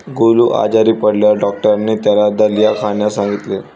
गोलू आजारी पडल्यावर डॉक्टरांनी त्याला दलिया खाण्यास सांगितले